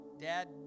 Dad